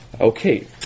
Okay